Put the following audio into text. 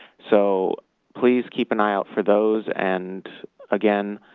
so please keep an eye out for those. and again,